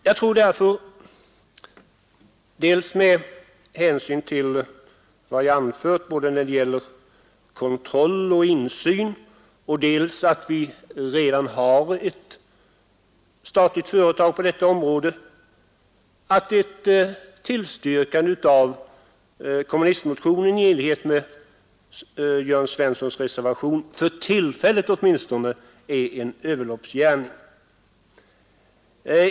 Jag tror därför med hänsyn till dels vad jag anfört både när det gäller kontroll och insyn, dels att vi redan har ett statligt företag på detta område, att ett tillstyrkande av kommunistmotionen i enlighet med herr Jörn Svenssons reservation — åtminstone för tillfället — är en överloppsgärning.